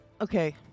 Okay